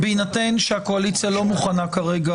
לבית משפט יש יכולת לבקר גם מינויים באופן הזה.